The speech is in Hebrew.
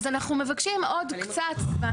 אז אנחנו מבקשים עוד קצת זמן.